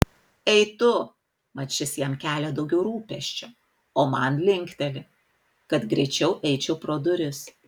ei tu mat šis jam kelia daugiau rūpesčio o man linkteli kad greičiau eičiau pro duris